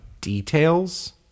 details